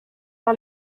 par